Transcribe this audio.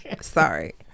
Sorry